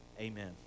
amen